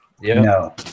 No